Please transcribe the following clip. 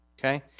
Okay